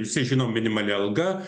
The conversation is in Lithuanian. visi žinom minimali alga